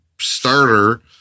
starter